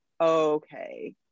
okay